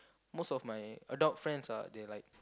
most of my adult friends ah they like